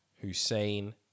Hussein